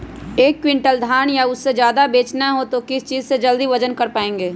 एक क्विंटल धान या उससे ज्यादा बेचना हो तो किस चीज से जल्दी वजन कर पायेंगे?